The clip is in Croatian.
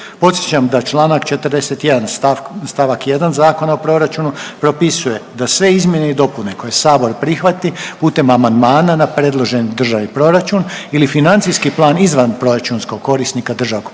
Podsjećam da čl. 41. st. 1 Zakona o proračunu propisuje da sve izmjene i dopune koje Sabor prihvati putem amandmana na predloženi državni proračun ili financijski izvanproračunskog korisnika državnog